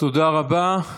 תודה רבה.